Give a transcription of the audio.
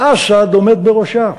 שאסד עומד בראשה,